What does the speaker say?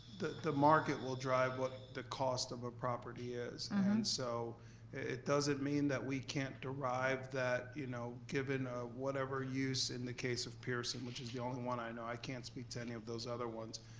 that. the market will drive what the cost of a property is. and so it doesn't mean that we can't derive that you know given whatever use in the case of pearson, which is the only one i know. i can't speak to any of those other ones.